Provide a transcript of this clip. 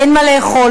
אין מה לאכול,